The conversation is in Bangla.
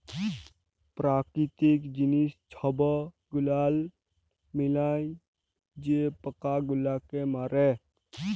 পেরাকিতিক জিলিস ছব গুলাল মিলায় যে পকা গুলালকে মারে